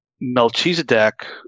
Melchizedek